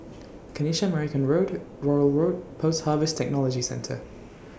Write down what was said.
Kanisha Marican Road Rowell Road Post Harvest Technology Centre